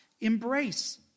embrace